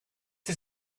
his